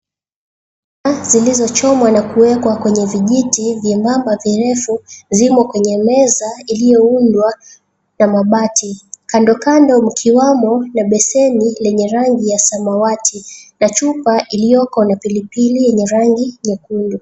Sehemu zilizochomwa na kuwekwa kwenye vijiti vyebamba virefu, zimo kwenye meza iliyoundwa na mabati. Kandokando mkiwamo na beseni lenye rangi ya samawati na chupa iliyoko na pilipili yenye rangi ya kunde.